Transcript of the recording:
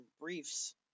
briefs